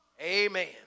Amen